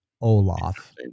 Olaf